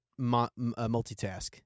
multitask